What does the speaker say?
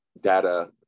data